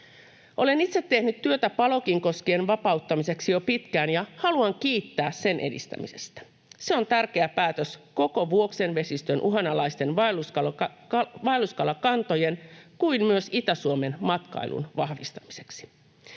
Olen itse tehnyt työtä Palokin koskien vapauttamiseksi jo pitkään ja haluan kiittää sen edistämisestä. Se on tärkeä päätös koko Vuoksen vesistön uhanalaisten vaelluskalakantojen kuin myös Itä-Suomen matkailun vahvistamiseksi.